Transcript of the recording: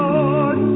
Lord